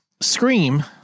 scream